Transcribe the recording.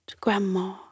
Grandma